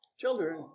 children